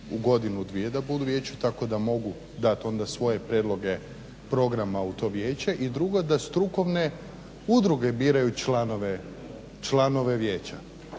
u godinu, dvije da budu u vijeću tako da mogu dati onda svoje prijedloge programa u to vijeće i drugo da strukovne udruge biraju članove vijeća.